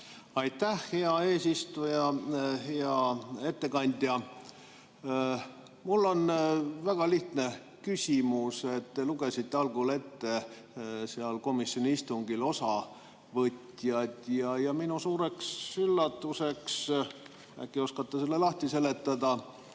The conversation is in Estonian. Aitäh, hea eesistuja! Hea ettekandja! Mul on väga lihtne küsimus. Lugesite algul ette komisjoni istungist osavõtjad. Minu suureks üllatuseks – äkki te oskate selle lahti seletada